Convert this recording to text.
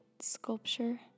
sculpture